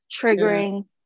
triggering